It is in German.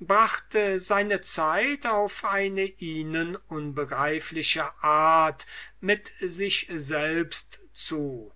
brachte seine zeit auf eine ihnen unbegreifliche art mit sich selbst zu